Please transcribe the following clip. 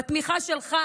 היא בתמיכה שלך.